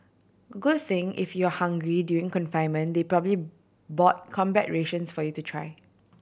good thing if you're hungry during confinement they probably bought combat rations for you to try